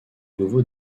nouveau